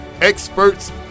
experts